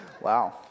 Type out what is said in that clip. Wow